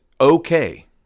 okay